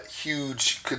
huge